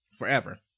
Forever